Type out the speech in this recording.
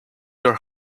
your